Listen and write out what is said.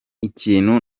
ikintu